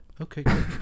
Okay